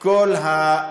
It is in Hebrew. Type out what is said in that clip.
כל מה